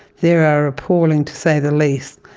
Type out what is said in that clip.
they are are appalling to say the least.